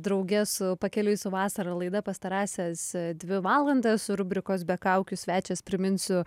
drauge su pakeliui su vasara laida pastarąsias dvi valandas rubrikos be kaukių svečias priminsiu